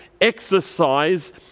exercise